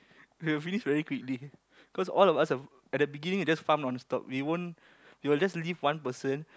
we will finish very quickly because all of us are at the beginning we'll just farm non stop we won't we will just leave one person